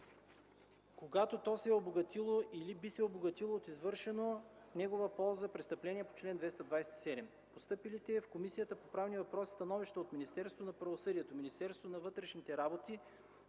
когато то се е обогатило или би се обогатило от извършено в негова полза престъпление по чл. 227. В постъпилите в Комисията по правни въпроси становища от Министерството на правосъдието, Министерството на вътрешните работи,